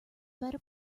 better